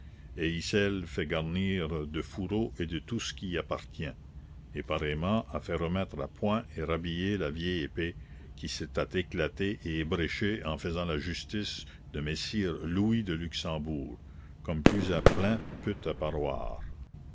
fait garnir de fourreau et de tout ce qui y appartient et pareillement a fait remettre à point et rhabiller la vieille épée qui s'était éclatée et ébréchée en faisant la justice de messire louis de luxembourg comme plus à plein